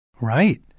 Right